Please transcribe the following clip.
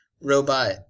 Robot